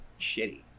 shitty